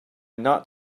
not